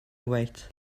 wait